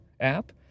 app